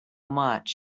much